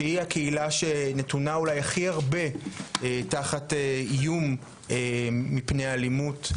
שהיא הקהילה שנתונה אולי הכי הרבה תחת איום מפני אלימות.